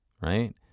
right